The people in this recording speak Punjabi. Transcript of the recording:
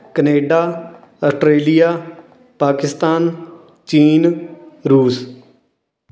ਕਨੇਡਾ ਆਸਟ੍ਰੇਲੀਆ ਪਾਕਿਸਤਾਨ ਚੀਨ ਰੂਸ